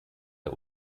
der